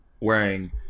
wearing